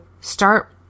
start